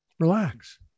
relax